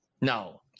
no